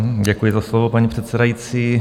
Děkuji za slovo, paní předsedající.